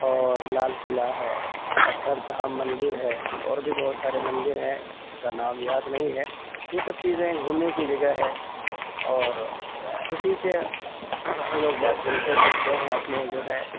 اور لال قلعہ ہے اکچھر دھام مندر ہے اور بھی بہت سارے مندر ہے اس کا نام یاد نہیں ہے یہ سب چیزیں گھومنے کی جگہ ہے اور خوشی سے لوگ بہت گھومتے پھرتے ہیں اپنے جو ہے